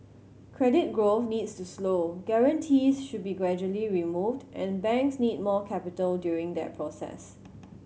credit growth needs to slow guarantees should be gradually removed and banks need more capital during that process